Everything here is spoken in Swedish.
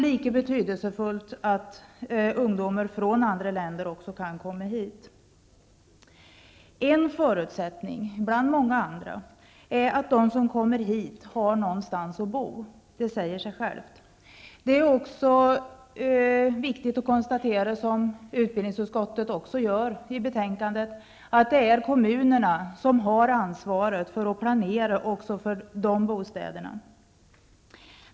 Lika betydelsefullt är det att ungdomar från andra länder kan komma hit. En förutsättning bland många andra är att de som kommer hit har någonstans att bo, det säger sig självt. Det är viktigt att konstatera, vilket utskottet också gör, att det är kommunerna som har ansvaret för planering av bostäder.